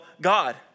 God